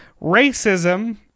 racism